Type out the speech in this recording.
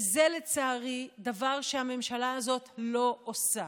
וזה, לצערי, דבר שהממשלה הזאת לא עושה.